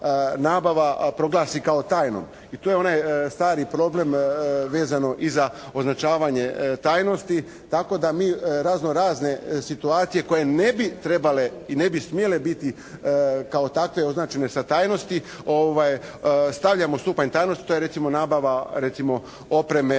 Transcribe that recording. nabava proglasi kao tajnom. I tu je onaj stari problem vezano i za označavanje tajnosti, tako da mi razno-razne situacije koje ne bi trebale i ne bi smjele biti kao takve označene sa tajnosti, stavljamo u stupanj tajnosti. To je recimo nabava opreme